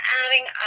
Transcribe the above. adding